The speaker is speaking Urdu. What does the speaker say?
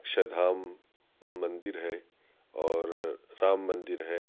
اکشر دھام مندر ہے اور رام مندر ہے